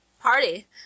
party